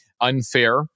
unfair